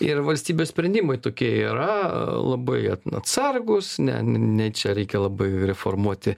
ir valstybės sprendimai tokie yra labai at atsargūs ne ne į čia reikia labai reformuoti